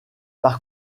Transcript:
par